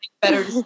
better